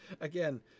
again